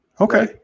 Okay